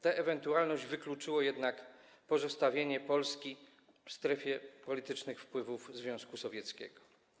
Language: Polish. Tę ewentualność wykluczyło jednak pozostawienie Polski w strefie politycznych wpływów Związku Sowieckiego.